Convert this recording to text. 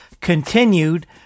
continued